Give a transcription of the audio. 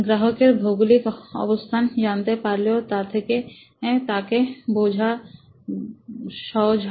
গ্রাহকের ভৌগোলিক অবস্থান জানতে পারলেও তা থেকে তাকে বোঝাও সহজ হয়